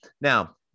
Now